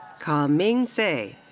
ka ming tse.